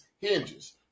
hinges